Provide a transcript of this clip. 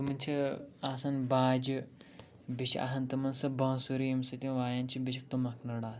تِمَن چھِ آسان باجہِ بیٚیہِ چھِ آسان تِمَن سۄ بانسُری ییٚمہِ سۭتۍ یِم وایان چھِ بیٚیہِ چھِکھ تُمَکھ نٲر آسان